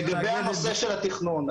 לגבי הנושא של התכנון,